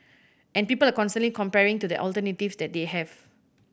and people are constantly comparing to the alternatives that they have